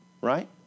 right